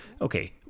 okay